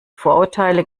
vorurteile